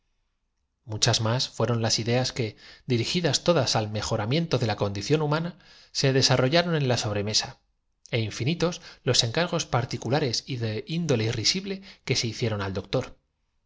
muchas más fueron las ideas que dirigidas todas al do gracia de ellos al asendereado lector me limito á mejoramiento de la condición humana se desarrolla extractar lo único que en aquel cúmulo de peroracio ron en la sobremesa é infinitos los encargos particu nes hubo de bueno que fué precisamente lo que no lares y de índole risible que se hicieron al doctor